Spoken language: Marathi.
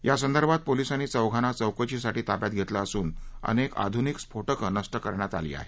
यासंदर्भात पोलीसांनी चौघांना चौकशीसाठी ताब्यात घेतलं असून अनेक आधुनिक स्फोटक नष्ट करण्यात आली आहेत